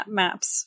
maps